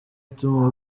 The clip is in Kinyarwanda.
ituma